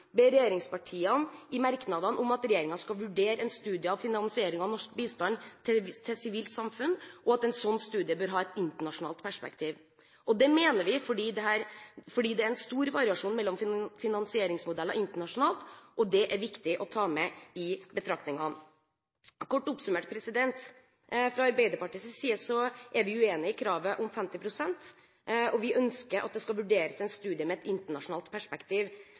ber regjeringspartiene i merknadene om at regjeringen skal vurdere en studie av finansieringen av norsk bistand til sivilt samfunn, og at en slik studie bør ha et internasjonalt perspektiv. Det mener vi fordi det er en stor variasjon mellom finansieringsmodeller internasjonalt, og det er det viktig å ta med i betraktningene. Kort oppsummert: Fra Arbeiderpartiets side er vi uenige i kravet om 50 pst., og vi ønsker at det skal vurderes en studie med et internasjonalt perspektiv.